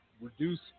reduce